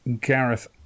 Gareth